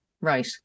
Right